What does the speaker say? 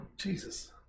Jesus